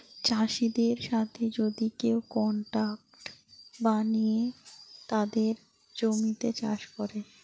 চাষিদের সাথে যদি কেউ কন্ট্রাক্ট বানিয়ে তাদের জমিতে চাষ করে